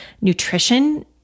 nutrition